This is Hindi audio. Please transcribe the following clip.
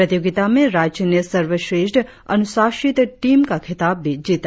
प्रतियोगिता में राज्य ने सर्वश्रेष्ठ अनुशासित टीम का खिताब भी जीता